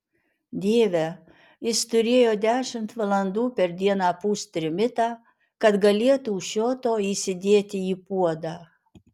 dieve jis turėjo dešimt valandų per dieną pūst trimitą kad galėtų šio to įsidėti į puodą